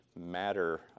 matter